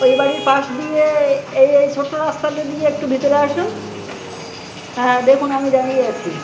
ওই বাড়ির পাশ দিয়ে এই এই ছোট্ট রাস্তাটা দিয়ে একটু ভিতরে আসুন হ্যাঁ দেখুন আমি দাঁড়িয়ে আছি